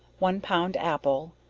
one pound apple,